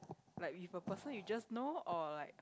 like with a person you just know or like